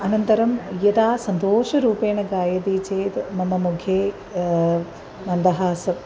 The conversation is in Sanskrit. अनन्तरं यदा सन्तोषरूपेण गायति चेद् मम मुखे मन्दहासः